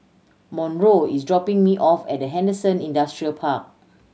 Monroe is dropping me off at Henderson Industrial Park